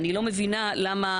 אני לא מבינה למה